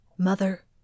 Mother